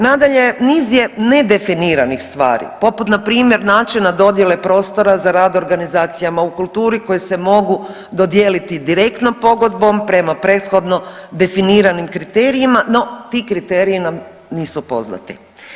Nadalje, niz je nedefiniranih stvari, poput npr. načina dodijele prostora za rad organizacijama u kulturi koji se mogu dodijeliti direktnom pogodbom prema prethodno definiranim kriterijima, no ti kriteriji nam nisu poznati.